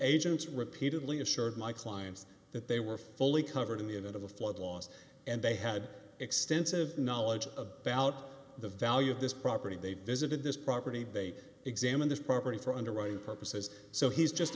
agents repeatedly assured my clients that they were fully covered in the unit of the flood laws and they had extensive knowledge of about the value of this property they visited this property they examined this property for underwriting purposes so he's just